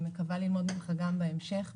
אני מקווה ללמוד ממך גם בהמשך.